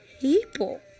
people